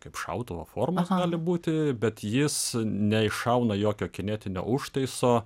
kaip šautuvo formos gali būti bet jis neiššauna jokio kinetinio užtaiso